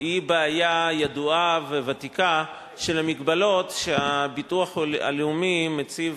הוא בעיה ידועה וותיקה של המגבלות שהביטוח הלאומי מציב